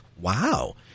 wow